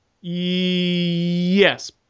Yes